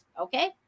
okay